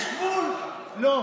יש גבול, לא.